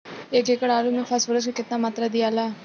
एक एकड़ आलू मे फास्फोरस के केतना मात्रा दियाला?